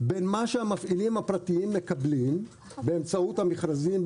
מה בין שהמפעילים הפרטיים מקבלים באמצעות המכרזים,